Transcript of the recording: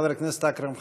חבר הכנסת אכרם חסון.